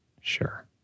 Sure